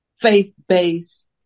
faith-based